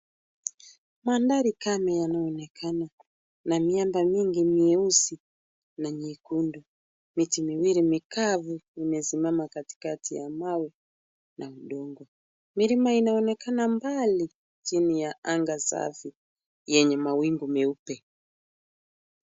Mandhari kame yanaonekana na miamba mingi mieusi na nyekundu, miti miwili mikavu imesimama katikati ya mawe na udongo, milima inaonekana mbali chini ya anga safi yenye mawingu meupe.